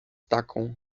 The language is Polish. taką